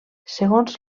segons